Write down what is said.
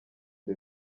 the